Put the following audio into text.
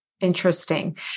Interesting